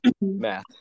math